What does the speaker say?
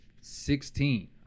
Sixteen